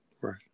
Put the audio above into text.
right